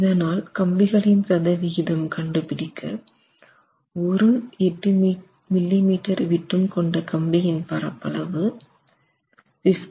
இதனால் கம்பிகளின் சதவிகிதம் கண்டுபிடிக்க ஒரு 8 மில்லிமீட்டர் விட்டம் கொண்டு கம்பியின் பரப்பளவு 50